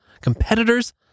competitors